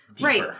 Right